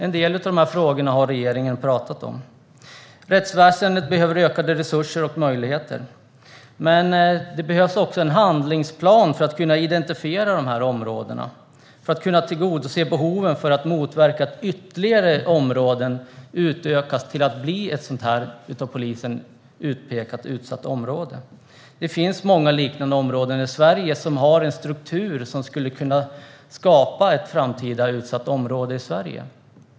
En del av dessa frågor har regeringen talat om. Rättsväsendet behöver ökade resurser och möjligheter, men det behövs också en handlingsplan för att kunna identifiera områdena och tillgodose behoven för att motverka att ytterligare områden utökas till att bli av polisen utpekade utsatta områden. Det finns många liknande områden i Sverige som har en struktur som skulle kunna skapa ett framtida utsatt område.